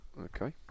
okay